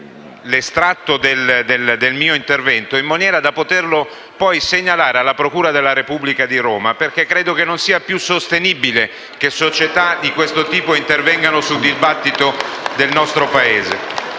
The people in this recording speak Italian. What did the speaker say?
l'estratto del mio intervento per fare una segnalazione alla procura della Repubblica di Roma, perché credo non sia più tollerabile che società di questo tipo intervengano sul dibattito del nostro Paese.